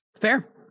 Fair